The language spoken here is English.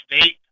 state